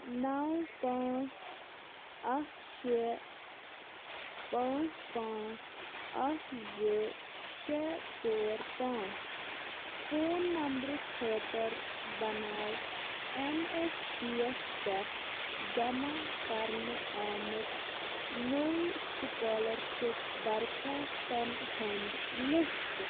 نَو پانٛژھ اکھ شےٚ پانٛژھ پانٛژھ اکھ زٕ شےٚ ژور پانٛژھ فون نمبرٕ خٲطٕر بناو ایٚن ایٚس پی یَس پٮ۪ٹھ جمع کرنہٕ آمُت نوٚو سُکالرشِپ درخوٛاستن ہُنٛد لسٹہٕ